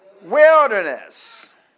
Wilderness